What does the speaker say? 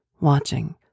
watching